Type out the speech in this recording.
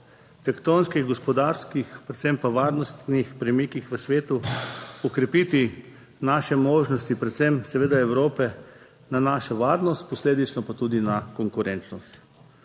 tektonskih gospodarskih, predvsem pa varnostnih premikih v svetu okrepiti naše možnosti, predvsem seveda Evrope na našo varnost, posledično pa tudi na konkurenčnost.